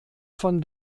von